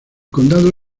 condado